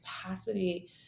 capacity